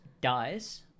dies